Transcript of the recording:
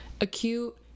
acute